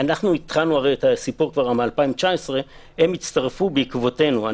אנחנו התחלנו את הסיפור ב-2019 והם הצטרפו בעקבותינו.